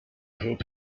hope